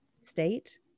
state